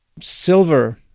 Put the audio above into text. silver